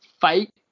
fight